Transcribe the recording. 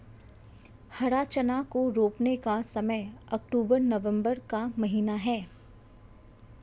हरा चना को रोपने का समय अक्टूबर नवंबर का महीना है